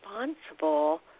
responsible